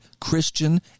Christian